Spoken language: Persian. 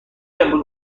امروز